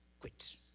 quit